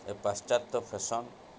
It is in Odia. ଏ ପାଶ୍ଚାତ୍ୟ ଫେସନ୍